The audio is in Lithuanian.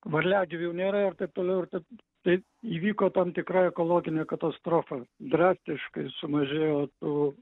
varliagyvių nėra ir taip toliau ir taip tai įvyko tam tikra ekologinė katastrofa drastiškai sumažėjo tų